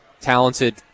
talented